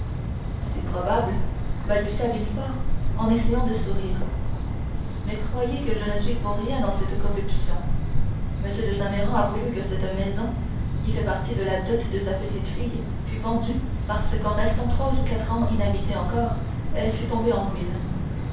c'est probable balbutia villefort en essayant de sourire mais croyez que je ne suis pour rien dans cette corruption m de saint méran a voulu que cette maison qui fait partie de la dot de sa petite-fille fût vendue parce qu'en restant trois ou quatre ans inhabitée encore elle fût tombée en ruine